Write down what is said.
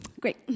Great